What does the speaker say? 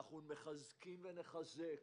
אנו מחזקים ונחזק